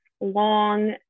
long